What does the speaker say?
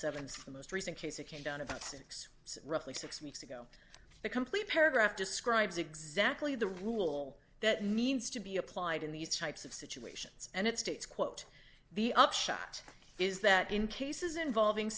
seventeen the most recent case that came down about six roughly six weeks ago the complete paragraph describes exactly the rule that means to be applied in these types of situations and it states quote the upshot is that in cases involving